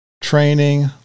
training